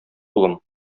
улым